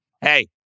Hey